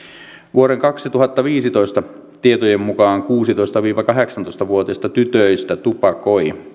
vuoden kaksituhattaviisitoista tietojen mukaan kuusitoista viiva kahdeksantoista vuotiaista tytöistä tupakoi